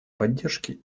поддержки